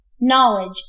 knowledge